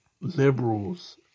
liberals